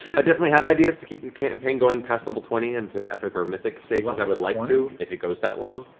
i definitely have ideas to keep the campaign going past level twenty and to epic or mythic stages. i would like to, if it goes that long.